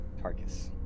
Tarkus